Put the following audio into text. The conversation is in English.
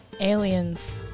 Aliens